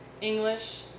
English